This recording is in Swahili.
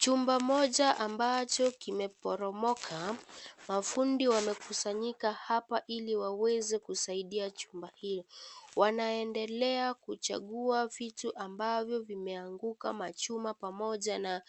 Chumba moja ambacho kimeporomoka. Mafundi wamekusanyika hapa ili waweze kusaidia chumba hii. Wanaendela kuchagua vitu ambavyo vimeanguka. Machuma pamoja na